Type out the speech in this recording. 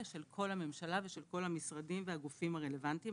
של כל הממשלה ושל כל המשרדים והגופים הרלוונטיים,